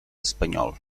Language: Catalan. espanyol